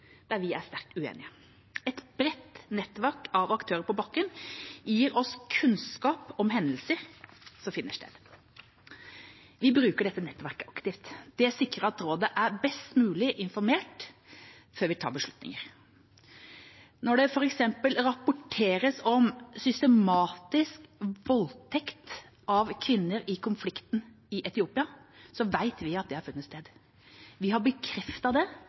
vi er sterkt uenige med. Et bredt nettverk av aktører på bakken gir oss kunnskap om hendelser som finner sted. Vi bruker dette nettverket aktivt. Det sikrer at rådet er best mulig informert før vi tar beslutninger. Når det f.eks. rapporteres om systematisk voldtekt av kvinner i konflikten i Etiopia, vet vi at det har funnet sted. Vi har det